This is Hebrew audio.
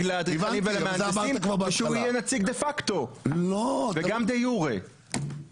לאדריכלים ולמהנדסים ושהוא יהיה נציג דה פקטו וגם דה יורה,